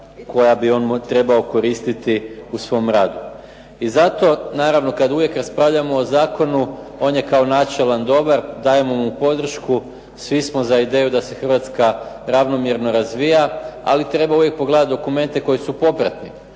koja bi on trebao koristiti u svom radu. I zato naravno kad uvijek raspravljamo o zakonu on je kao načelan dobar, dajemo mu podršku, svi smo za ideju da se Hrvatska ravnomjerno razvija. Ali treba uvijek pogledati dokumente koji su popratni.